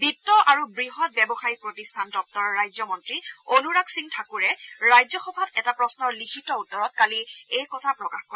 বিত্ত আৰু বৃহৎ ব্যৱসায়িক প্ৰতিষ্ঠান দপ্তৰৰ ৰাজ্য মন্ত্ৰী অনুৰাগ সিং ঠাকুৰে ৰাজ্যসভাত এটা প্ৰশ্নৰ লিখিত উত্তৰত কালি এই কথা প্ৰকাশ কৰে